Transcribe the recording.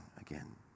again